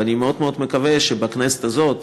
ואני מאוד מקווה שבכנסת הזאת,